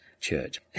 church